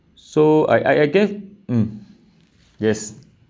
so I I guess mm yes